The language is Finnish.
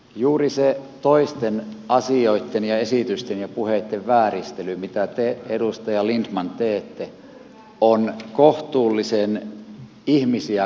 juuri se toisten asioitten ja esitysten ja puheitten vääristely mitä te edustaja lindtman teette on kohtuullisen ihmisiä politiikasta karkottavaa